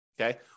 Okay